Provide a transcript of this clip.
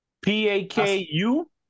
P-A-K-U